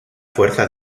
fuerzas